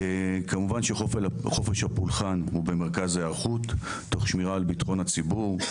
כמובן שחופש הפולחן הוא במרכז ההיערכות תוך שמירה על ביטחון הציבור,